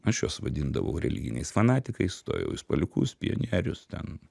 aš juos vadindavau religiniais fanatikais stojau į spaliukus pionierius ten